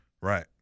Right